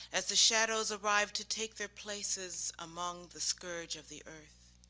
as the shadows arrive to take their places among the scourge of the earth.